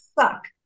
suck